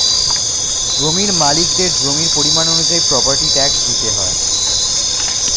জমির মালিকদের জমির পরিমাণ অনুযায়ী প্রপার্টি ট্যাক্স দিতে হয়